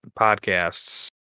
podcasts